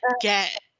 get